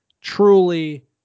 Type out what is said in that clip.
truly